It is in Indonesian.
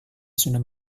sudah